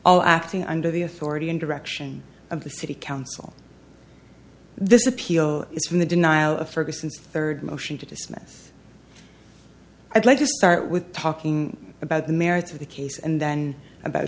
all acting under the authority and direction of the city council this appeal is from the denial of ferguson's third motion to dismiss i'd like to start with talking about the merits of the case and then about